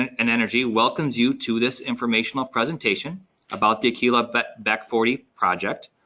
and and energy welcomes you to this informational presentation about the aquila but back forty project.